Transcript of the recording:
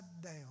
down